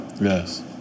Yes